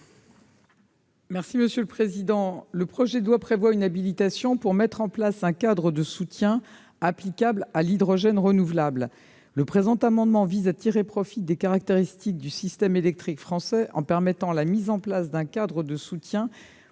est à Mme la ministre. Le projet de loi prévoit une habilitation pour mettre en place un cadre de soutien applicable à l'hydrogène renouvelable. Le présent amendement vise à tirer profit des caractéristiques du système électrique français en permettant la mise en place d'un cadre de soutien